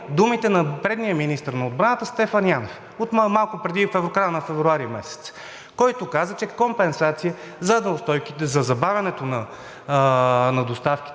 думите на предния министър на отбраната Стефан Янев в края на февруари месец, който каза, че компенсация за неустойките за забавянето на доставките